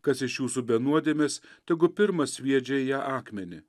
kas iš jūsų be nuodėmės tegu pirmas sviedžia į ją akmenį